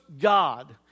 God